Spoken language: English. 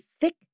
thick